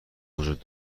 وجود